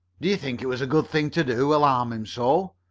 do you think it was a good thing to do, alarm him so?